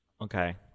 Okay